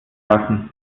lassen